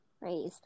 raised